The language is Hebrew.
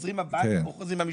לבית או למשפחות.